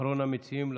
אחרון המציעים.